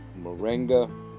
moringa